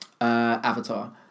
Avatar